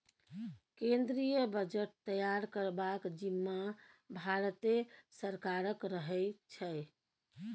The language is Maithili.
केंद्रीय बजट तैयार करबाक जिम्माँ भारते सरकारक रहै छै